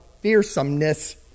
fearsomeness